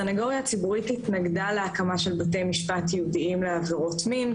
הסנגוריה הציבורית התנגדה להקמת בתי משפט ייעודיים לעבירות מין.